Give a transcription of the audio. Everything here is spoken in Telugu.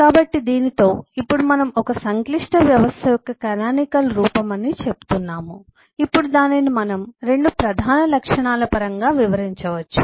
కాబట్టి దీనితో ఇప్పుడు మనం ఒక సంక్లిష్ట వ్యవస్థ యొక్క కానానికల్ రూపం అని చెప్తున్నాము ఇప్పుడు దానిని మనం రెండు ప్రధాన లక్షణాల పరంగా వివరించవచ్చు